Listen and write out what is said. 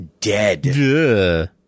dead